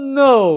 no